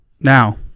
now